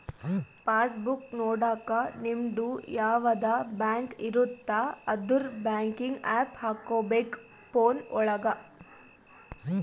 pass book ನೊಡಕ ನಿಮ್ಡು ಯಾವದ ಬ್ಯಾಂಕ್ ಇರುತ್ತ ಅದುರ್ ಬ್ಯಾಂಕಿಂಗ್ ಆಪ್ ಹಕೋಬೇಕ್ ಫೋನ್ ಒಳಗ